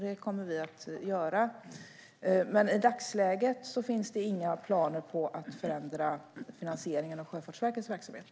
Detta kommer vi också att göra. Men i dagsläget finns det inga planer på att förändra finansieringen av Sjöfartsverkets verksamhet.